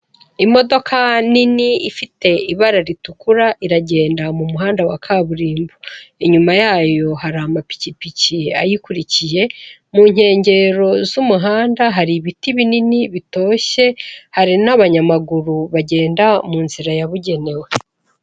Imodoka nini ifite ibara ritukura iragenda mu muhanda wa kaburimbo, inyuma yayo hari amapikipiki ayikurikiye, mu nkengero z'umuhanda hari ibiti binini bitoshye, hari n'abanyamaguru bagenda mu nzira yabugenewe.